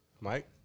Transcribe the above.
Mike